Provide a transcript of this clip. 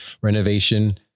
renovation